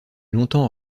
longtemps